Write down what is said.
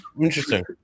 Interesting